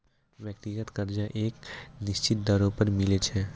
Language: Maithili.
व्यक्तिगत कर्जा एक निसचीत दरों पर मिलै छै